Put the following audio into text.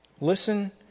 Listen